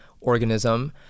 organism